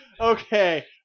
Okay